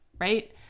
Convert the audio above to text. Right